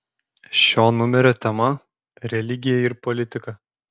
šio numerio tema religija ir politika